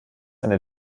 eine